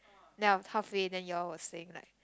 then of halfway you all were saying like